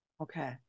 Okay